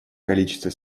количество